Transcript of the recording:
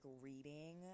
reading